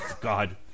god